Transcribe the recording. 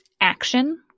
action